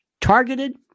targeted